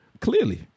Clearly